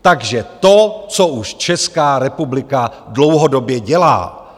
Takže to, co už Česká republika dlouhodobě dělá.